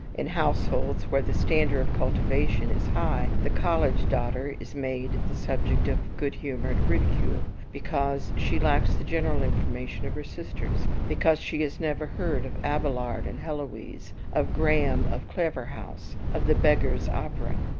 in households where the standard of cultivation is high, the college daughter is made the subject of good-humoured ridicule, because she lacks the general information of her sisters because she has never heard of abelard and heloise, of graham of claverhouse, of the beggars' opera.